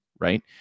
right